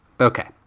Okay